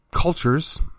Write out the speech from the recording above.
cultures